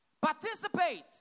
Participate